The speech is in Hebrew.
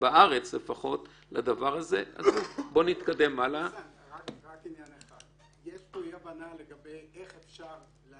יש פה עניין של ניהול סיכונים,